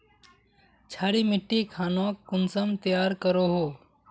क्षारी मिट्टी खानोक कुंसम तैयार करोहो?